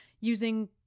using